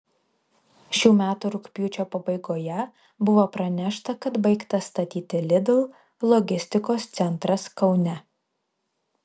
šių metų rugpjūčio pabaigoje buvo pranešta kad baigtas statyti lidl logistikos centras kaune